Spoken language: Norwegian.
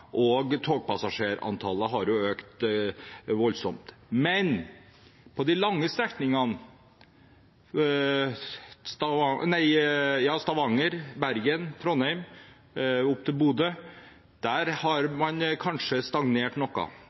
og togpassasjerantallet har økt voldsomt. Men på de lange strekningene – Stavanger, Bergen, Trondheim og opp til Bodø – har man kanskje stagnert noe.